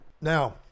Now